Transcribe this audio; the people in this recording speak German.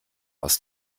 aus